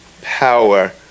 power